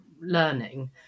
learning